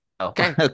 Okay